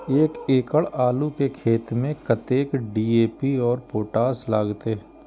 एक एकड़ आलू के खेत में कतेक डी.ए.पी और पोटाश लागते?